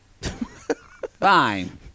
Fine